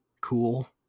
cool